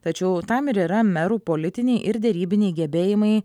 tačiau tam ir yra merų politiniai ir derybiniai gebėjimai